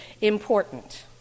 important